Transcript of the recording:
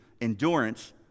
endurance